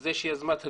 זה שיזמה את הדיון,